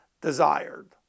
desired